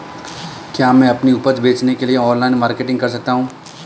क्या मैं अपनी उपज बेचने के लिए ऑनलाइन मार्केटिंग कर सकता हूँ?